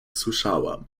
słyszałam